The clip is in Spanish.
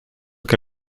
que